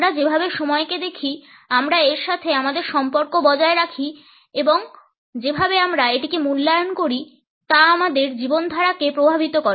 আমরা যেভাবে সময়কে দেখি আমরা এর সাথে আমাদের সম্পর্ক বজায় রাখি এবং যেভাবে আমরা এটিকে মূল্যায়ন করি তা আমাদের জীবনধারাকে প্রভাবিত করে